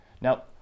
Now